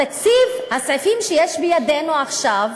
התקציב, הסעיפים שיש בידינו עכשיו,